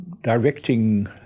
directing